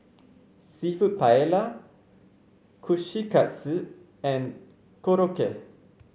seafood Paella Kushikatsu and Korokke